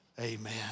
Amen